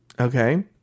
okay